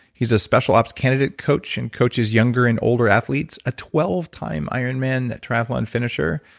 he's a special ops candidate coach, and coaches younger and older athletes. a twelve time ironman triathlon finisher,